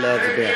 נא להצביע.